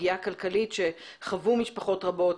פגיעה כלכלית שחוו משפחות רבות,